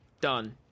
done